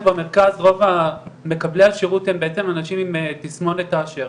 במרכז רוב מקבלי השירות הם בעצם אנשים עם תסמונת טאצ'ר.